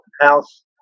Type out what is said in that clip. house